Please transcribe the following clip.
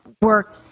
work